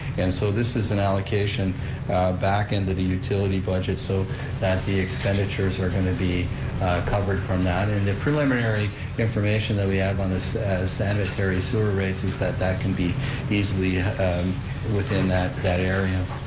and so this is an allocation back into the utility budget so that the expenditures are going to be covered from that, and the preliminary information that we have on the standard various sewer rates is that that can be easily within that that area.